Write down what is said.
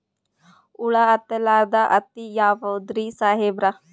ಹುಳ ಹತ್ತಲಾರ್ದ ಹತ್ತಿ ಯಾವುದ್ರಿ ಸಾಹೇಬರ?